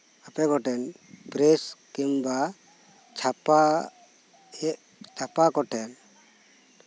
ᱟᱯᱮ ᱠᱚᱴᱷᱮᱱ ᱯᱨᱮᱥ ᱠᱤᱝᱵᱟ ᱪᱷᱟᱯᱟ ᱮᱫ ᱪᱷᱟᱯᱟ ᱠᱚ ᱴᱷᱮᱱ